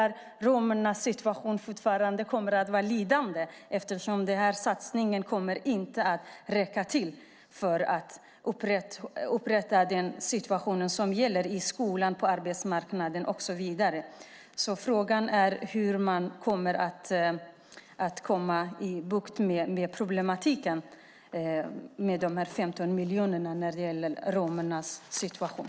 Romernas situation kommer fortsatt att innebära ett lidande eftersom den här satsningen inte kommer att räcka till för att komma till rätta med den situation som råder i skolan, på arbetsmarknaden och så vidare. Så frågan är hur man med de 15 miljonerna kommer till bukt med problematiken när det gäller romernas situation.